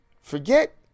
Forget